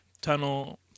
tunnel